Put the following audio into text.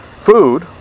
Food